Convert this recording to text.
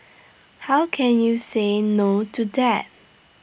how can you say no to that